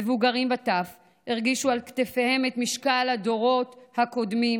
מבוגרים וטף הרגישו על כתפיהם את משקל הדורות הקודמים